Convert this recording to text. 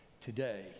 Today